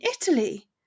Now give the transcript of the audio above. Italy